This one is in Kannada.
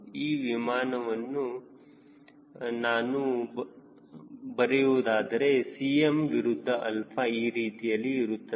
ಈ ವಿಮಾನಕ್ಕೆ ನಾನು ಬರೆಯುವುದಾದರೆ Cm ವಿರುದ್ಧ 𝛼 ಈ ರೀತಿಯಲ್ಲಿ ಇರುತ್ತದೆ